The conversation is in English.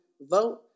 Vote